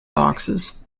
boxes